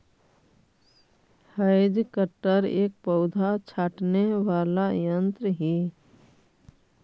hedge cutter एक पौधा छाँटने वाला यन्त्र ही